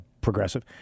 progressive